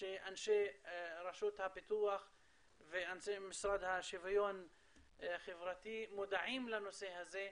שאנשי רשות הפיתוח ואנשי המשרד לשוויון חברתי מודעים לנושא הזה.